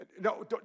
No